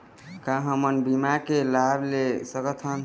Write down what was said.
का हमन बीमा के लाभ ले सकथन?